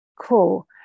cool